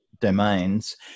domains